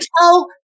tell